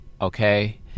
okay